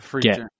get